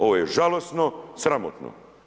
Ovo je žalosno, sramotno.